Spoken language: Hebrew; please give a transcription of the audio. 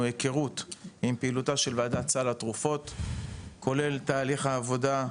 היכרות עם וועדת סל התרופות כולל תהליך העבודה,